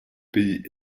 pays